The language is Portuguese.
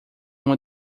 uma